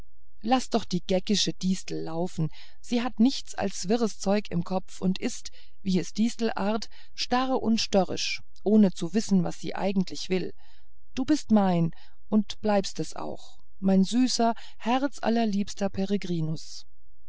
laß doch nur die geckische distel laufen sie hat nichts als wirres zeug im kopfe und ist wie es distelart ist starr und störrisch ohne zu wissen was sie eigentlich will du bist mein und bleibst es auch mein süßer